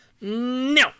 no